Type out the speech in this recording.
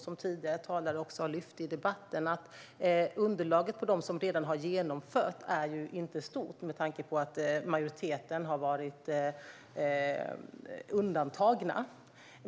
Som tidigare talare har sagt i debatten är underlaget vad gäller dem som redan har genomfört åtgärder inte stort, med tanke på att majoriteten har varit undantagna.